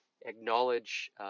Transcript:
acknowledge